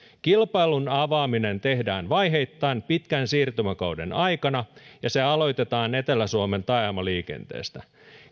kilpailun avaaminen tehdään vaiheittain pitkän siirtymäkauden aikana ja se aloitetaan etelä suomen taajamaliikenteestä